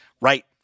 right